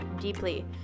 deeply